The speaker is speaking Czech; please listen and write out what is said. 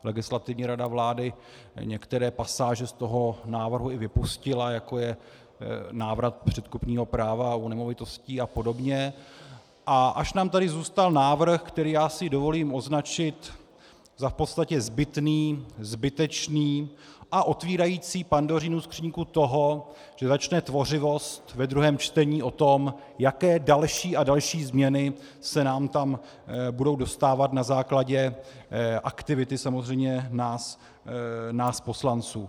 Legislativní rada vlády některé pasáže z toho návrhu i vypustila, jako je návrat předkupního práva u nemovitostí apod., až nám tady zůstal návrh, který já si dovolím označit za v podstatě zbytný, zbytečný a otevírající Pandořinu skříňku toho, že začne tvořivost ve druhém čtení o tom, jaké další a další změny se nám tam budou dostávat na základě aktivity nás poslanců.